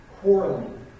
quarreling